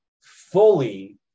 fully